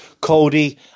Cody